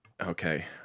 okay